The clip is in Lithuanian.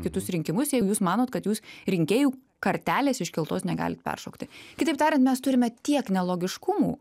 kitus rinkimus jeigu jūs manot kad jūs rinkėjų kartelės iškeltos negalit peršokti kitaip tariant mes turime tiek nelogiškumų